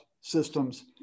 systems